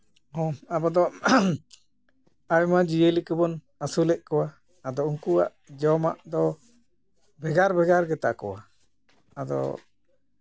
ᱦᱮᱸ ᱟᱵᱚ ᱫᱚ ᱟᱭᱢᱟ ᱡᱤᱭᱹᱞᱤ ᱠᱚᱵᱚᱱ ᱟᱹᱥᱩᱞᱮᱫ ᱠᱚᱣᱟ ᱟᱫᱚ ᱩᱱᱠᱩᱣᱟᱜ ᱡᱚᱢᱟᱜ ᱫᱚ ᱵᱷᱮᱜᱟᱨ ᱵᱷᱮᱜᱟᱨ ᱜᱮᱛᱟ ᱠᱚᱣᱟ ᱟᱫᱚ